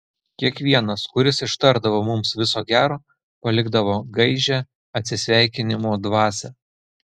kiekvienas kuris ištardavo mums viso gero palikdavo gaižią atsisveikinimo dvasią